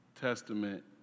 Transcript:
Testament